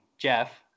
jeff